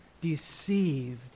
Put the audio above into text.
deceived